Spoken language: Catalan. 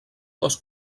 dos